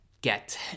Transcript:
get